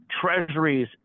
treasuries